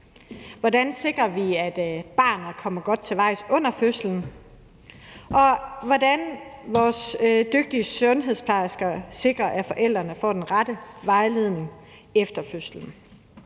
Hvordan sikrer vi, at barnet kommer godt til verden under fødslen? Og hvordan sikrer vores dygtige sundhedsplejersker, at forældrene får den rette vejledning efter fødslen?